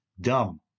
Dumb